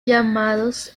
llamados